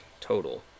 total